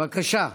בבקשה,